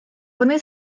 вони